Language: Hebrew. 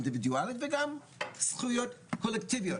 אינדיבידואליות וגם זכויות קולקטיביות.